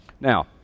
Now